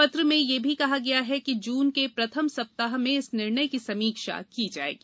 पत्र में यह भी कहा गया है कि जून के प्रथम सप्ताह में इस निर्णय की समीक्षा की जाएगी